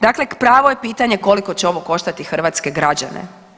Dakle, pravo je pitanje koliko će ovo koštati hrvatske građane?